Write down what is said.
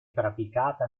praticata